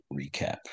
recap